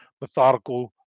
methodical